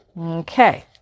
Okay